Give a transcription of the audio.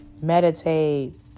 meditate